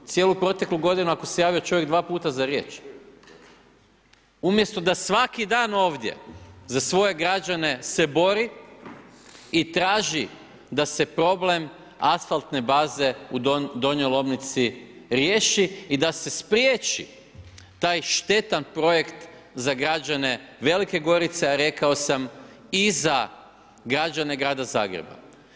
Cijelu proteklu godinu ako se javio čovjek dva puta za riječ, umjesto da svaki dan ovdje za svoje građane se bori i traži da se problem asfaltne baze u Donjoj Lomnici riješi i da se spriječi taj štetan projekt za građane Velike Gorice, a rekao sam i za građene grada Zagreba.